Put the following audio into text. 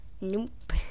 Nope